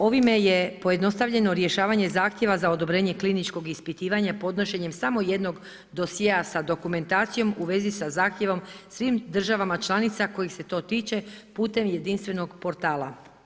Ovime je pojednostavljeno rješavanje zahtjeva za odobrenje kliničkog ispitivanja podnošenjem samo jednog dosjea sa dokumentacijom u vezi sa zahtjevom svim državama članica kojih se to tiče putem jedinstvenog portala.